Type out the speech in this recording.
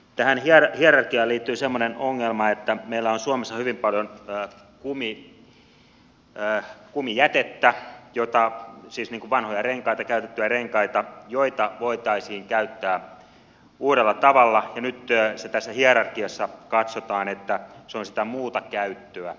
tähän hierarkiaan liittyy semmoinen ongelma että meillä on suomessa hyvin paljon kumijätettä siis vanhoja renkaita käytettyjä renkaita joita voitaisiin käyttää uudella tavalla ja nyt tässä hierarkiassa katsotaan että se on sitä muuta käyttöä